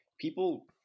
people